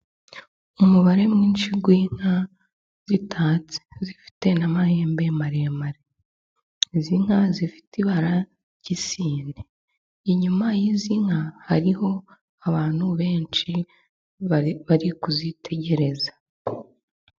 Umubare mwinshi w'inka zitatse zifite n'amahembe maremare, izi nka zifite ibara ry'Isine ,inyuma y'izi nka hariho abantu benshi bari kuzitegereza.